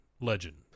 legend